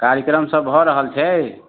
कार्यक्रम सब भऽ रहल छै